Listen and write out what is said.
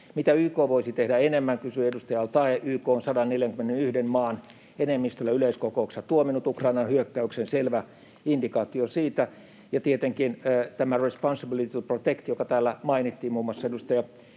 Mitä YK voisi tehdä enemmän, kysyi edustaja al-Taee. YK on 141:n maan enemmistöllä yleiskokouksessa tuominnut Ukrainaan hyökkäyksen — selvä indikaatio siitä. Ja tietenkin tämä responsibility to protect, joka täällä mainittiin, muun muassa edustaja